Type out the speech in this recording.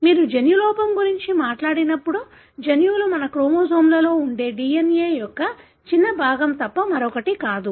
మీరు జన్యు లోపం గురించి మాట్లాడినప్పుడు జన్యువులు మన క్రోమోజోమ్ల లో ఉండే DNA యొక్క చిన్న భాగం తప్ప మరొకటి కాదు